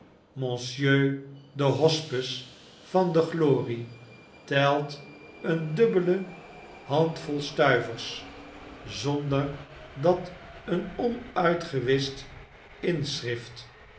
de hospes van de glory telt een dubbele handvol stuivers zonder dat een onuitgewischt inschrift